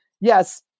yes